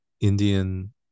Indian